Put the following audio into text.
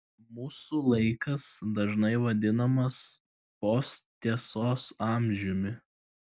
mūsų laikas dažnai vadinamas posttiesos amžiumi